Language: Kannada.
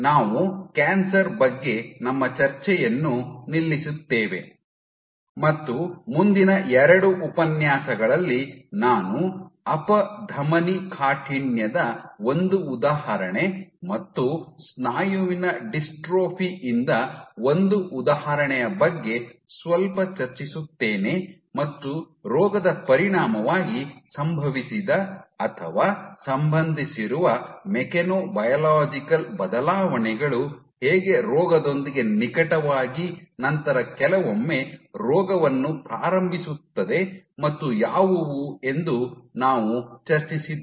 ನಾವು ಕ್ಯಾನ್ಸರ್ ಬಗ್ಗೆ ನಮ್ಮ ಚರ್ಚೆಯನ್ನು ನಿಲ್ಲಿಸುತ್ತೇವೆ ಮತ್ತು ಮುಂದಿನ ಎರಡು ಉಪನ್ಯಾಸಗಳಲ್ಲಿ ನಾನು ಅಪಧಮನಿ ಕಾಠಿಣ್ಯದ ಒಂದು ಉದಾಹರಣೆ ಮತ್ತು ಸ್ನಾಯುವಿನ ಡಿಸ್ಟ್ರೋಫಿ ಯಿಂದ ಒಂದು ಉದಾಹರಣೆಯ ಬಗ್ಗೆ ಸ್ವಲ್ಪ ಚರ್ಚಿಸುತ್ತೇನೆ ಮತ್ತು ರೋಗದ ಪರಿಣಾಮವಾಗಿ ಸಂಭವಿಸಿದ ಅಥವಾ ಸಂಬಂಧಿಸಿರುವ ಮೆಕ್ಯಾನೊಬಯಾಲಾಜಿಕಲ್ ಬದಲಾವಣೆಗಳು ಹೇಗೆ ರೋಗದೊಂದಿಗೆ ನಿಕಟವಾಗಿ ನಂತರ ಕೆಲವೊಮ್ಮೆ ರೋಗವನ್ನು ಪ್ರಾರಂಭಿಸುತ್ತದೆ ಮತ್ತು ಯಾವುವು ಎಂದು ನಾವು ಚರ್ಚಿಸುತ್ತೇನೆ